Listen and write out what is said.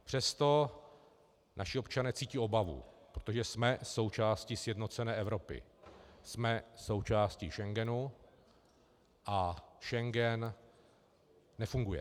Přesto naši občané cítí obavu, protože jsme součástí sjednocené Evropy, jsme součástí Schengenu, a Schengen nefunguje.